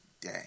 day